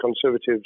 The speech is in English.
Conservatives